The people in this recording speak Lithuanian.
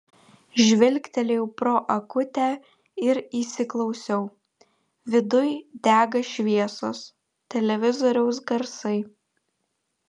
žvilgtelėjau pro akutę ir įsiklausiau viduj dega šviesos televizoriaus garsai